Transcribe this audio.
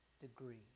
degree